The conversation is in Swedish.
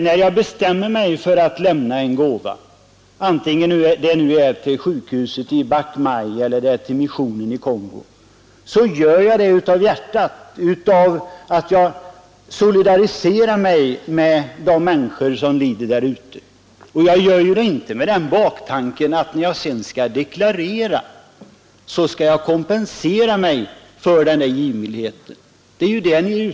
När jag bestämmer mig för att lämna en gåva — vare sig det är till sjukhuset i Bach Mai eller till missionen i Kongo — så gör jag det väl av hjärtat, jag gör det därför att jag solidariserar mig med de människor som lider där ute, och jag gör det inte med baktanken att jag skall kompensera mig för denna givmildhet när jag deklarerar.